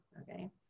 okay